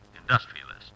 industrialist